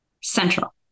central